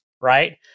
right